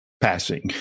passing